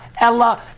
Ella